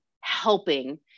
helping